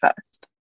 first